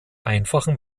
einfachen